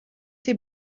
été